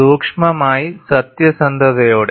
സൂക്ഷ്മമായി സത്യസന്ധതയോടെ